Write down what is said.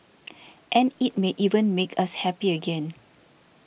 and it may even make us happy again